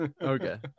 Okay